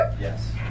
Yes